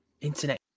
internet